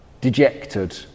dejected